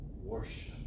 worship